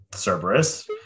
Cerberus